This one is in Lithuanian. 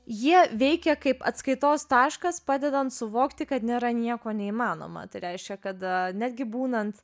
jie veikia kaip atskaitos taškas padedant suvokti kad nėra nieko neįmanoma tai reiškia kad netgi būnant